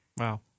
Wow